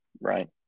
Right